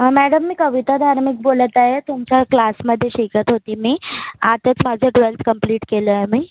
madam मी कविता धार्मिक बोलत आहे तुमच्या क्लासमध्ये शिकत होती मी आताच माझं ट्वेल्थ कंप्लीट केलं आहे मी